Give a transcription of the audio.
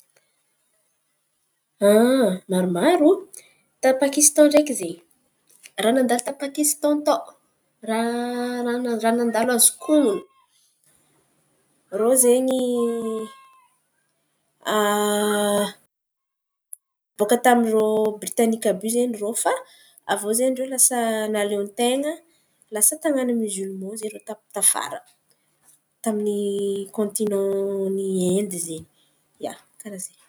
maromaró ta Pakistan ndraiky izen̈y, raha nandalo ta Pakistan tao, raha raha nandalo azoko honon̈o irô zen̈y baka tamin’irô Britaniky àby iô irô zen̈y fa avô zen̈y irô lasa nalionten̈a. Lasa tiann̈a irô miozoloman irô tafara tamin’ny kôntinan’ny Aindy izen̈y, ia, karà izen̈y.